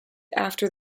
after